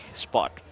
spot